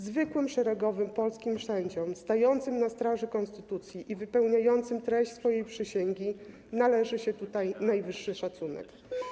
Zwykłym, szeregowym polskim sędziom stającym na straży konstytucji i wypełniającym treść swojej przysięgi należy się tutaj najwyższy szacunek.